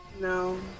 No